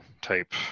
type